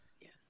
Yes